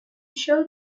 show